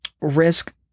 risk